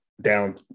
down